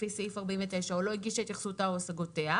בכלל לא התייחסה,